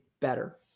better